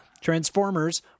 transformers